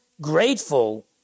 grateful